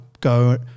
go